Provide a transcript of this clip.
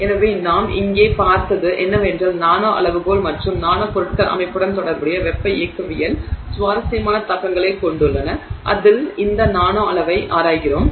எனவே நாம் இங்கே பார்த்தது என்னவென்றால் நானோ அளவுகோல் மற்றும் நானோ பொருட்கள் அமைப்புடன் தொடர்புடைய வெப்ப இயக்கவியலில் சுவாரஸ்யமான தாக்கங்களைக் கொண்டுள்ளன அதில் இந்த நானோ அளவை ஆராய்கிறோம்